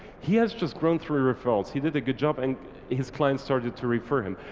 he has just grown through referrals. he did a good job and his clients started to refer him.